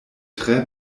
tre